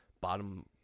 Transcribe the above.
bottom